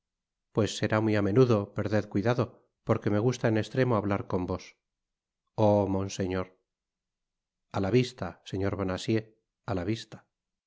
pues será muy á menudo perded cuidado porque me gusta en estremo hablar con vos oh monseñor a la vista señor bonacieux á la vista